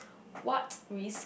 what risk